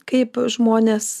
kaip žmonės